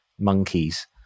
Monkeys